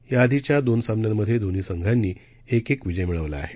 या आधिच्या दोन सामन्यामध्ये दोन्ही संघांनी एक एक विजय मिळवला आहे